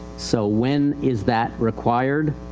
so when is that required?